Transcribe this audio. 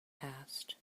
asked